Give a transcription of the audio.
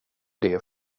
det